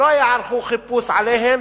שלא יערכו חיפוש עליהם,